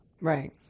Right